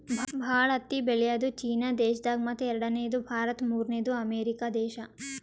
ಭಾಳ್ ಹತ್ತಿ ಬೆಳ್ಯಾದು ಚೀನಾ ದೇಶದಾಗ್ ಮತ್ತ್ ಎರಡನೇದು ಭಾರತ್ ಮೂರ್ನೆದು ಅಮೇರಿಕಾ ದೇಶಾ